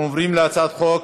אנחנו עוברים להצעת חוק